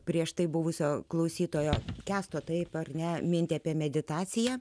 prieš tai buvusio klausytojo kęsto taip ar ne mintį apie meditaciją